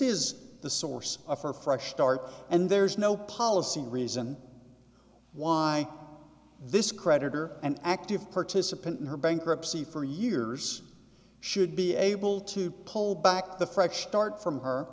is the source of her fresh start and there's no policy reason why this creditor an active participant in her bankruptcy for years should be able to pull back the fresh start from her